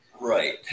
Right